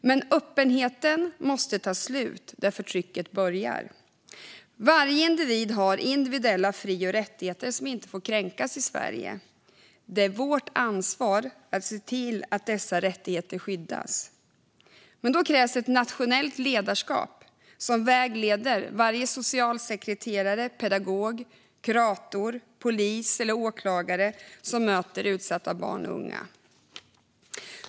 Men öppenheten måste ta slut där förtrycket börjar. Varje individ har individuella fri och rättigheter som inte får kränkas i Sverige. Det är vårt ansvar att se till att dessa rättigheter skyddas. Då krävs ett nationellt ledarskap som vägleder varje socialsekreterare, pedagog, kurator, polis eller åklagare som möter utsatta barn och unga.